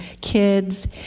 kids